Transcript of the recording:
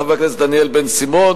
חבר הכנסת דניאל בן-סימון,